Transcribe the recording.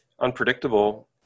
unpredictable